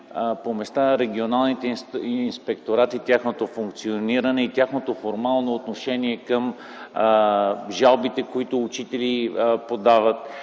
помощта на регионалните инспекторати, тяхното функциониране и тяхното формално отношение към жалбите, които учители подават.